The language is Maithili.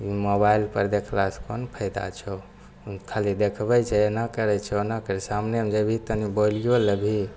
ई मोबाइल पर देखला सऽ कोन फायदा छौ ओहिमे खाली देखबै छै एना करै छौ ओना करै छौ सामने जेभी तनी बोइलयो लेभी